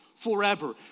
Forever